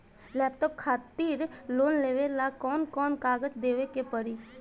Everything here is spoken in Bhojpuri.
लैपटाप खातिर लोन लेवे ला कौन कौन कागज देवे के पड़ी?